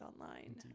online